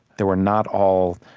that we're not all,